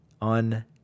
on